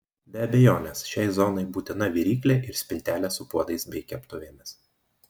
be abejonės šiai zonai būtina viryklė ir spintelė su puodais bei keptuvėmis